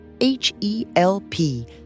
H-E-L-P